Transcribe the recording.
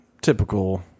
typical